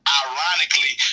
ironically